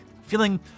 feeling